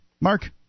Mark